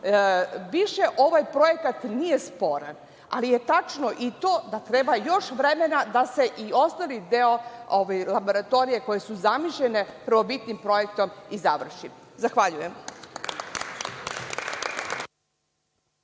Više ovaj projekat nije sporan, ali je tačno i to da treba još vremena da se i ostali delovi laboratorije, koji su zamišljeni prvobitnim projektom, završe. Zahvaljujem.